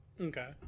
Okay